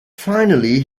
finally